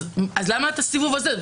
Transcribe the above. אז למה לעשות את הסיבוב הזה?